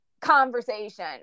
conversation